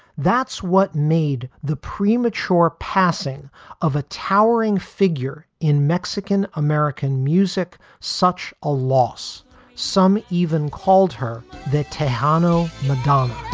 that's what made the pre-mature passing of a towering figure in mexican american music. such a loss some even called her the tanno madonna